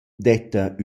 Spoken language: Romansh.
detta